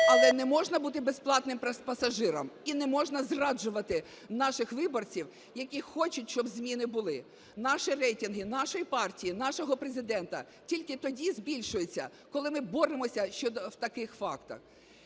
але не можна бути безплатним пасажиром і не можна зраджувати наших виборців, які хочуть, щоб зміни були. Наші рейтинги нашої партії, нашого Президента тільки тоді збільшуються, коли ми боремося щодо таких фактів.